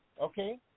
okay